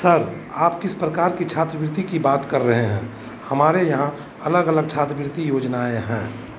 sir आप किस प्रकार की छात्रवृत्ति की बात कर रहे हैं हमारे यहाँ अलग अलग छात्रवृत्ति योजनायें हैं